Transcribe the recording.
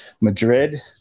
Madrid